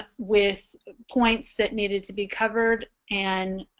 ah with points that needed to be covered and